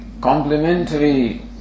complementary